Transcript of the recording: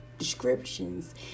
Descriptions